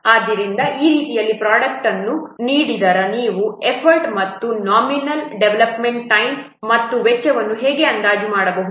ಆದ್ದರಿಂದ ಈ ರೀತಿಯಲ್ಲಿ ಪ್ರೊಡಕ್ಟ್ವನ್ನು ನೀಡಿದರೆ ನೀವು ಎಫರ್ಟ್ ಮತ್ತು ನಾಮಿನಲ್ ಡೆವಲಪ್ಮೆಂಟ್ ಟೈಮ್ ಮತ್ತು ವೆಚ್ಚವನ್ನು ಹೇಗೆ ಅಂದಾಜು ಮಾಡಬಹುದು